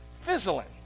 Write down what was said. fizzling